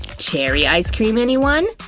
cherry ice cream, anyone?